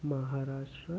Maharashtra